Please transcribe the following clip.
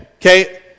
okay